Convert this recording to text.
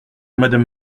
madame